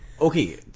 Okay